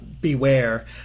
Beware